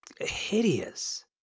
hideous